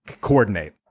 coordinate